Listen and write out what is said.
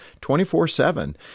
24-7